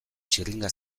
txirringa